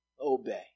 obey